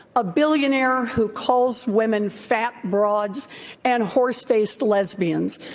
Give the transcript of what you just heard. a billionaire who calls women fat broads and horse-faced lesbians.